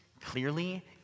clearly